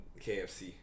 KFC